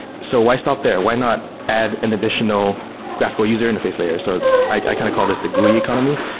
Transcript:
so why stop there? why not add an additional graphical user interface layer? so i i kind of call this the gui economy